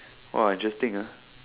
interesting